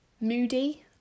moody